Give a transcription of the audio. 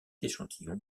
échantillon